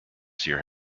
seer